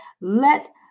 Let